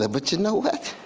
ah but you know